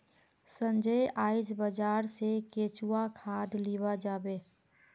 संजय आइज बाजार स केंचुआ खाद लीबा जाबे